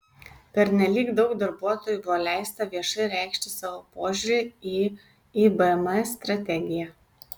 pernelyg daug darbuotojų buvo leista viešai reikšti savo požiūrį į ibm strategiją